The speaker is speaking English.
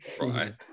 right